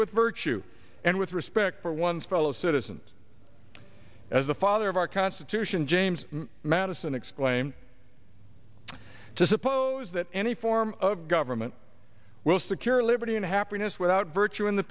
with virtue and with respect for one's fellow citizens as the father of our constitution james madison exclaimed to suppose that any form of government will secure liberty and happiness without virtue in the